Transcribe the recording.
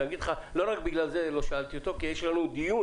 ואגיד לך שלא רק בגלל זה לא שאלתי אותו אלא כי יש לנו דיון.